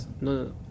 no